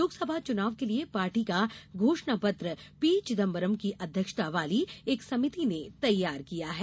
लोकसभा चुनाव के लिए पार्टी का घोषणापत्र पी चिदंबरम की अध्यक्षता वाली एक समिति ने तैयार किया गया है